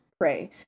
pray